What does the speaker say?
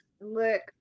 look